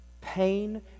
pain